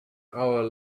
hour